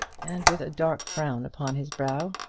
and with a dark frown upon his brow.